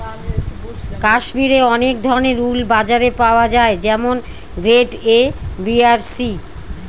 কাশ্মিরে অনেক ধরনের উল বাজারে পাওয়া যায় যেমন গ্রেড এ, বি আর সি